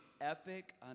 epic